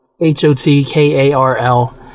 H-O-T-K-A-R-L